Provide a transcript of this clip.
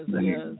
yes